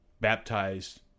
baptized